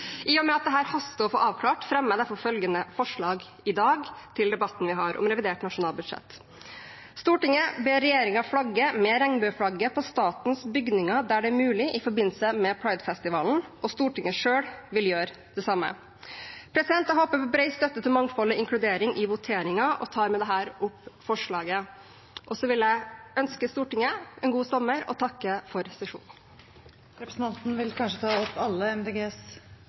I og med at dette haster å få avklart, fremmer jeg følgende forslag i dag til debatten vi har om revidert nasjonalbudsjett: «Stortinget ber regjeringen flagge med regnbueflagget på statens bygninger der det er mulig i forbindelse med Pride-festivalen, og Stortinget vil selv gjøre det samme.» Jeg håper på bred støtte til mangfold og inkludering i voteringen, og tar med dette opp forslaget. Til slutt vil jeg ønske Stortinget en god sommer og takke for sesjonen. Representanten Une Bastholm har tatt opp